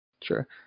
Sure